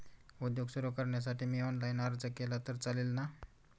उद्योग सुरु करण्यासाठी मी ऑनलाईन अर्ज केला तर चालेल ना?